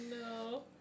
no